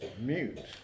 mute